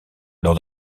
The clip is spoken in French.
lors